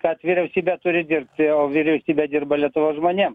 kad vyriausybė turi dirbti o vyriausybė dirba lietuvos žmonėm